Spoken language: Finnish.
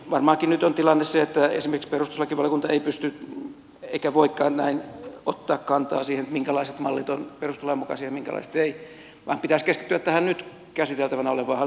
varmaankin nyt on tilanne se että esimerkiksi perustuslakivaliokunta ei pysty eikä voikaan ottaa kantaa siihen minkälaiset mallit ovat perustuslain mukaisia minkälaiset eivät vaan pitäisi keskittyä tähän nyt käsiteltävänä olevaan hallituksen esitykseen